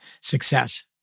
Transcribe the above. success